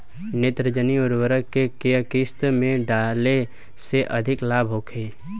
नेत्रजनीय उर्वरक के केय किस्त में डाले से अधिक लाभ होखे?